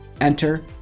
Enter